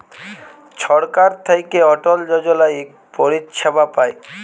ছরকার থ্যাইকে অটল যজলা ইক পরিছেবা পায়